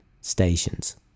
stations